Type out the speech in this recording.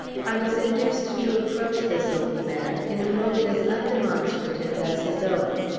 i was induced to approach this old man in a mode as undemonstrative as his own.